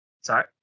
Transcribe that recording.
Sorry